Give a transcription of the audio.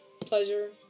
pleasure